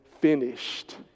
finished